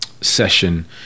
Session